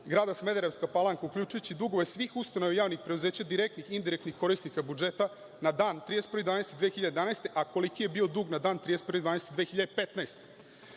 grada Smederevska Palanka, uključujući dugove svih ustanova, javnih preduzeća, direktnih, indirektnih korisnika budžeta na dan 31. decembar 2011. godine, a koliki je bio dug na dan 31.